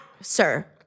sir